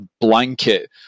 blanket